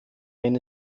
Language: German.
wenn